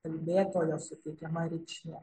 kalbėtojo suteikiama reikšmė